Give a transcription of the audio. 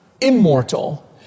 immortal